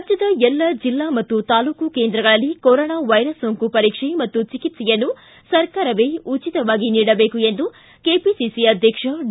ರಾಜ್ಯದ ಎಲ್ಲ ಜಿಲ್ಲಾ ಮತ್ತು ತಾಲೂಕು ಕೇಂದ್ರಗಳಲ್ಲಿ ಕೊರೋನಾ ವೈರಸ್ ಸೋಂಕು ಪರೀಕ್ಷೆ ಹಾಗೂ ಚಿಕಿತ್ಸೆಯನ್ನು ಸರ್ಕಾರವೇ ಉಚಿತವಾಗಿ ನೀಡಬೇಕು ಎಂದು ಕೆಪಿಸಿಸಿ ಅಧ್ಯಕ್ಷ ಡಿ